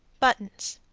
buttons.